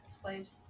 slaves